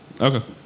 Okay